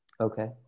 Okay